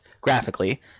graphically